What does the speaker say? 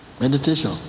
Meditation